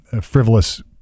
frivolous